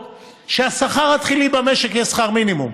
שהשכר התחילי במשק יהיה שכר מינימום.